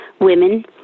women